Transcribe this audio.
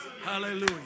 Hallelujah